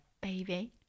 baby